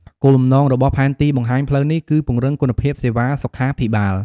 គោលបំណងរបស់ផែនទីបង្ហាញផ្លូវនេះគឺពង្រឹងគុណភាពសេវាសុខាភិបាល។